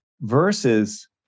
versus